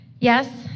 Yes